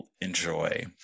enjoy